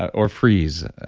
or freeze.